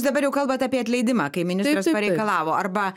dabar jau kalbant apie atleidimą kai ministras pareikalavo arba